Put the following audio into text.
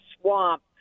swamp